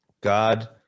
God